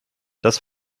das